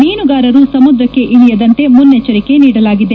ಮೀನುಗಾರರು ಸಮುದ್ರಕ್ಷೆ ಇಳಿಯದಂತೆ ಮುನ್ನೆಚ್ದರಿಕೆ ನೀಡಲಾಗಿದೆ